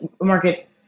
market